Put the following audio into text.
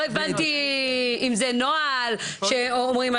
לא הבנתי אם זה נוהל שאומרים,